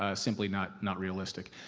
ah simply not not realistic.